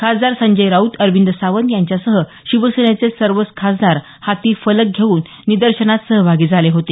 खासदार संजय राऊत अरविंद सावंत यांच्यासह शिवसेनेचे सर्वच खासदार हाती फलक घेऊन निदर्शनात सहभागी झाले होते